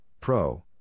pro